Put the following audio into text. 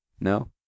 No